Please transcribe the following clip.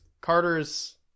Carter's